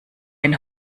ein